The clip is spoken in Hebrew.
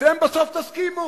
אתם בסוף תסכימו,